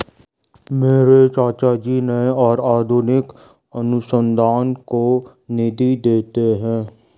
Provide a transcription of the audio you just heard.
मेरे चाचा जी नए और आधुनिक अनुसंधान को निधि देते हैं